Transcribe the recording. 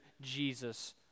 Jesus